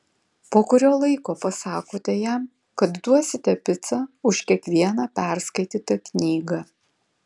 po kurio laiko pasakote jam kad duosite picą už kiekvieną perskaitytą knygą